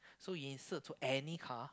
so insert to any car